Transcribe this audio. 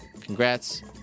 congrats